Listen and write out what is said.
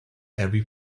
every